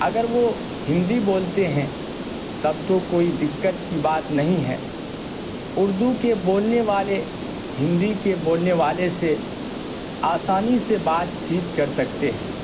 اگر وہ ہندی بولتے ہیں تب تو کوئی دقت کی بات نہیں ہے اردو کے بولنے والے ہندی کے بولنے والے سے آسانی سے بات چیت کر سکتے ہیں